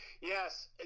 Yes